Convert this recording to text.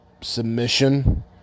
submission